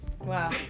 Wow